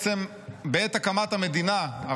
בעת הקמת המדינה,